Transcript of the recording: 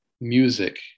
music